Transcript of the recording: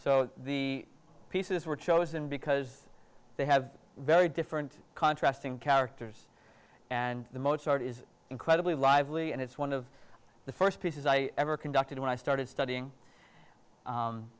so the pieces were chosen because they have very different contrast in characters and the mozart is incredibly lively and it's one of the first pieces i ever conducted when i started studying